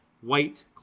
white